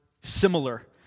similar